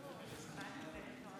אני קובע שההסתייגות לא התקבלה.